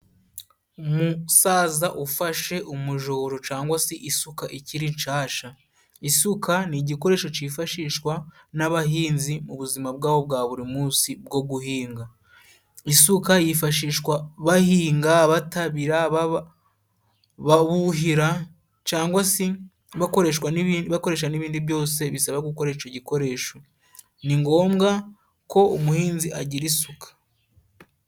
Umusaza ufashe umujohoro cangwa se isuka ikiri nshasha. Isuka ni igikoresho cifashishwa n'abahinzi mu buzima bwabo bwa buri munsi bwo guhinga. Isuka yifashishwa bahinga, batabira baba buhira cangwa se bakoreshwa n'ibi... bakoresha n'ibindi byose bisaba gukoresha icyo gikoresho. Ni ngombwa ko umuhinzi agira isuka.